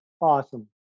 awesome